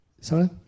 Sorry